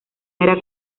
era